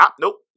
nope